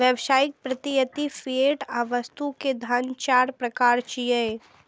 व्यावसायिक, प्रत्ययी, फिएट आ वस्तु धन के चार प्रकार छियै